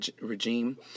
regime